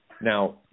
Now